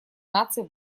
наций